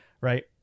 Right